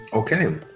Okay